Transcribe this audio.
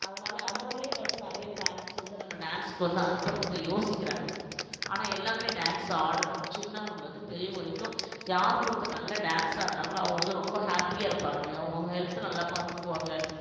அதனால அதனாலயே வந்து நிறையா பேரன்ட்ஸ் வந்து நம்ம டான்ஸுக்கு வந்து அனுப்புறதுக்கு யோசிக்கிறாங்க ஆனால் எல்லாருமே டான்ஸ் ஆடனும் சின்னவங்களில் இருந்து பெரியவங்க வரைக்கும் யார் ஒருத்தர் நல்லா டான்ஸ் ஆடுறாங்களோ அவங்க வந்து ரொம்ப ஹேப்பியாக இருப்பாங்க அவங்க அவங்க ஹெல்த்தை நல்லா பார்த்துக்குவாங்க